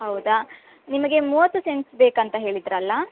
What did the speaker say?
ಹೌದ ನಿಮಗೆ ಮೂವತ್ತು ಸೆಂಟ್ಸ್ ಬೇಕಂತ ಹೇಳಿದ್ದಿರಲ್ಲ